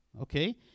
okay